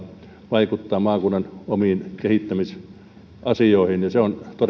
vaikuttaa maakunnan omiin kehittämisasioihin ja se on